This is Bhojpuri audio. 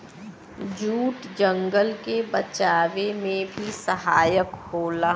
जूट जंगल के बचावे में भी सहायक होला